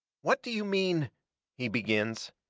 what do you mean he begins.